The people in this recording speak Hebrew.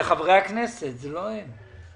אלה חברי הכנסת ולא הם.